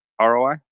ROI